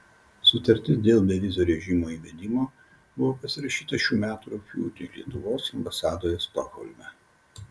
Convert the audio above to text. sutartis dėl bevizio režimo įvedimo buvo pasirašyta šių metų rugpjūtį lietuvos ambasadoje stokholme